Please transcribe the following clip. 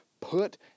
put